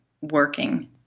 working